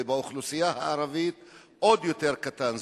ובאוכלוסייה הערבית הוא עוד יותר קטן.